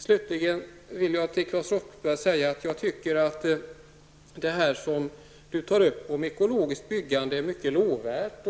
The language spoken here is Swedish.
Slutligen vill jag till Claes Roxbergh säga att det han sade om ekologiskt byggande var mycket lovvärt.